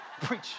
preach